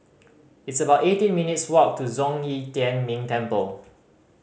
it's about eighteen minutes' walk to Zhong Yi Tian Ming Temple